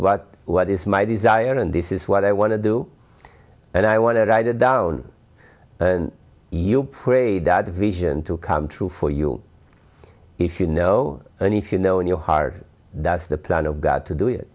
what what is my desire and this is what i want to do and i want to write it down and you pray that vision to come true for you if you know and if you know in your heart that's the plan of god to do it